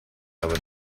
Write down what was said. aber